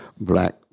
black